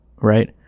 right